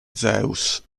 zeus